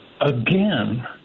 again